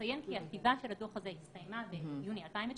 נציין כי הכתיבה של הדוח הזה הסתיימה ביוני 2019